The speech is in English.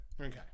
Okay